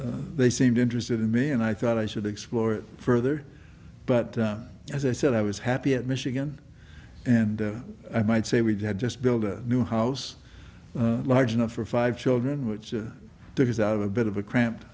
and they seemed interested in me and i thought i should explore it further but as i said i was happy at michigan and i might say we've had just built a new house large enough for five children which there is out of a bit of a cramp